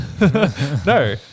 No